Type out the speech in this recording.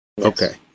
Okay